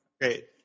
Great